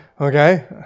Okay